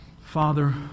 Father